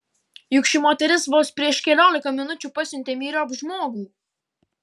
juk ši moteris vos prieš keliolika minučių pasiuntė myriop žmogų